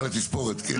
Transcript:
על התספורת כן.